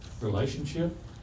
relationship